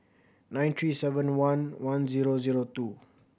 nine three seven one one zero zero two